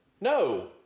No